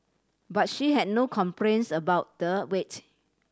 but she had no complaints about the wait